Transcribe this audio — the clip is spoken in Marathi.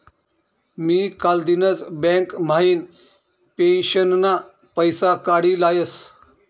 मी कालदिनच बँक म्हाइन पेंशनना पैसा काडी लयस